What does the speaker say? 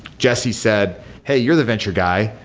jesse said, hey, you're the venture guy.